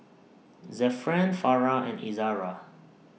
Zafran Farah and Izzara